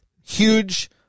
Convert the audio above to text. huge